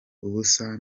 ubusa